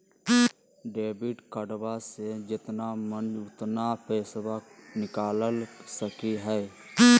Debit कार्डबा से जितना मन उतना पेसबा निकाल सकी हय?